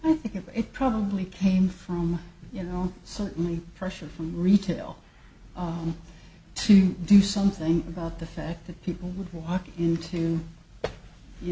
i think of it probably came from you know certainly pressure from retail to do something about the fact that people would walk into you